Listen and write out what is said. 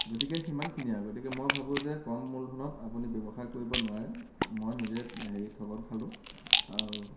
গতিকে সিমানখিনিয়ে আৰু গতিকে মই ভাবোঁ যে কম মূলধনত আপুনি ব্যৱসায় কৰিব নোৱাৰে মই নিজে হেৰি ঠগন খালোঁ আৰু